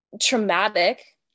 traumatic